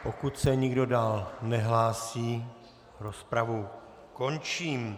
Pokud se nikdo dál nehlásí, rozpravu končím.